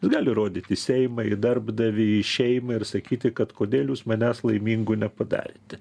jis gali rodyt į seimą į darbdavį į šeimą ir sakyti kad kodėl jūs manęs laimingu nepadarėte